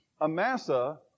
Amasa